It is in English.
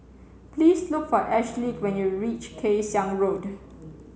please look for Ashleigh when you reach Kay Siang Road